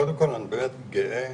קודם כל אני באמת גאה